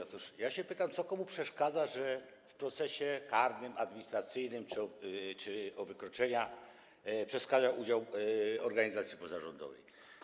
Otóż ja się pytam, co komu przeszkadza, że w procesie karnym, administracyjnym czy o wykroczenia jest udział organizacji pozarządowej.